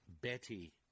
Betty